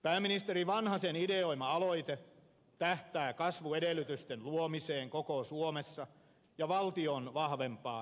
pääministeri vanhasen ideoima aloite tähtää kasvuedellytysten luomiseen koko suomessa ja valtion vahvempaan rooliin